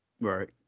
Right